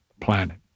planet